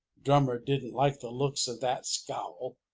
drummer didn't like the looks of that scowl,